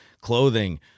clothing